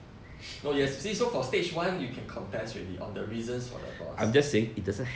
no you have to see so for stage one you can contest already on the reasons for divorce